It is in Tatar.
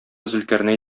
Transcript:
зөлкарнәй